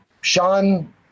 sean